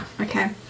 Okay